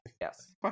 Yes